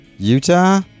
Utah